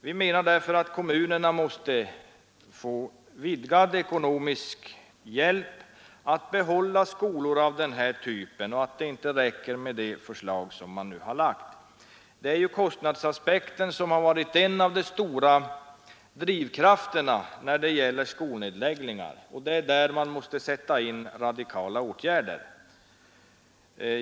Vi menar att kommunerna måste få ekonomisk hjälp att bibehålla skolor av denna typ och att det nu framlagda förslaget inte är tillräckligt. Kostnadsaspekten har ju varit en av de stora drivkrafterna vid skolnedläggningarna, och det är där man måste sätta in radikala åtgärder.